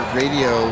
radio